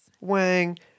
Wang